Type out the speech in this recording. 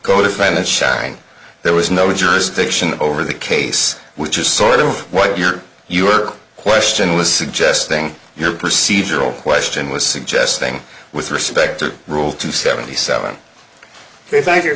codefendant shine there was no jurisdiction over the case which is sort of what your your question was suggesting your procedural question was suggesting with respect to rule two seventy seven